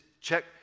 check